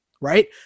Right